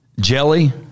jelly